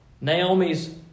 Naomi's